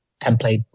template